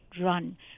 run